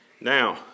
Now